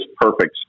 perfect